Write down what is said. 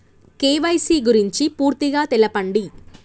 KYC గురించి పూర్తిగా తెలపండి?